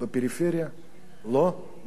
לא מרגישים את ההקלות.